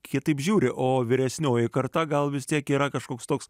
kitaip žiūri o vyresnioji karta gal vis tiek yra kažkoks toks